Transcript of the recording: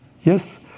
yes